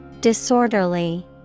Disorderly